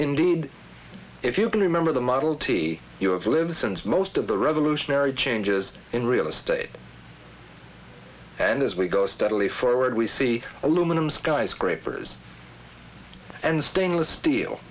indeed if you can remember the model t us lives since most of the revolutionary changes in real estate and as we go steadily forward we see aluminum skyscrapers and stainless steel